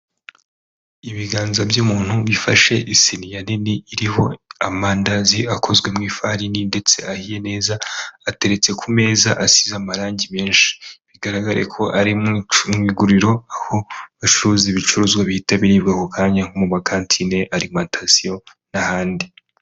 Ibiganza by'umuntu bifashe isiniya nini iriho amandazi akozwe mu ifarini ndetse ahiye neza ateretse ku meza, asize amarangi menshi. Bigaragare ko ari mu iguriro aho bacuruza ibicuruzwa bihita biribwa ako kanya nko mu makantine, alimantasiyo n'ahandi.